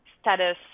status